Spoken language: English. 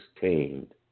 tamed